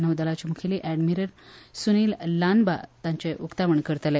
नौदलाचे मुखेली ॲडमिरल सुनील लांबा ताचें उकतावण करतले